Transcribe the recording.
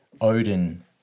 Odin